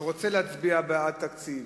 שרוצה להצביע בעד תקציב,